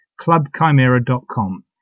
clubchimera.com